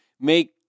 make